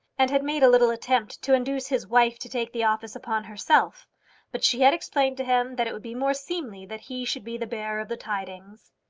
and had made a little attempt to induce his wife to take the office upon herself but she had explained to him that it would be more seemly that he should be the bearer of the tidings.